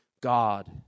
God